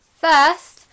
First